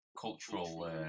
cultural